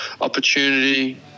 opportunity